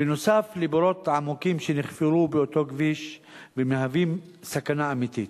בנוסף לבורות העמוקים שנחפרו באותו כביש ומהווים סכנה אמיתית.